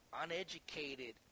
Uneducated